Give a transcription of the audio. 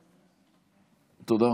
תודה.